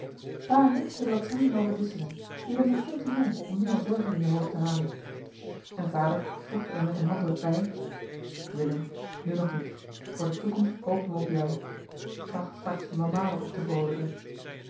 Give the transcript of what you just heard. en ik zullen dat samen wel bedisselen jij bent nog veel te jong om nu al zorgen in je hoofd te halen en vader voegde er met een handdruk bij willem nu nog niet voor de toekomst hopen we op jou tracht straks je mama wat op te vroolijken